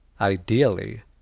Ideally